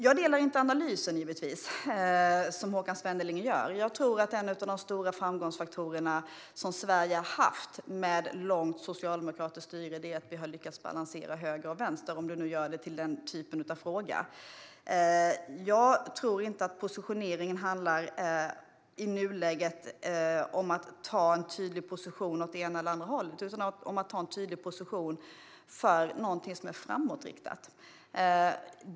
Jag delar givetvis inte den analys som Håkan Svenneling gör. Jag tror att en av de stora framgångsfaktorer som Sverige har haft med ett långt socialdemokratiskt styre är att vi har lyckats balansera mellan höger och vänster, om du nu gör det till den typen av fråga. Jag tror inte att positioneringen i nuläget handlar om att ta en tydlig position åt det ena eller andra hållet utan om att ta en tydlig position för något som är framåtriktat.